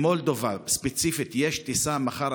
ממולדובה ספציפית יש טיסה מחר,